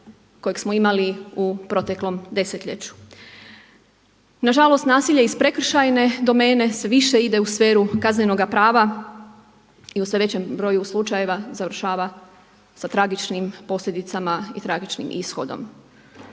kojeg smo imali u proteklom desetljeću. Nažalost nasilje iz prekršajne domene sve više ide u sferu kaznenoga prava i u sve većem broju slučajeva završava sa tragičnim posljedicama i tragičnim ishodom.